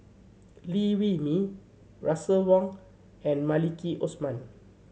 Liew Wee Mee Russel Wong and Maliki Osman